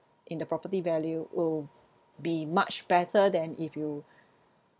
in the property value will be much better than if you